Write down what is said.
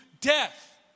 death